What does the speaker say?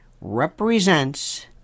represents